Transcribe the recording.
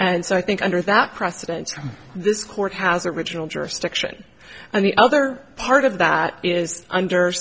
and so i think under that precedents this court has original jurisdiction and the other part of that is under